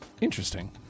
interesting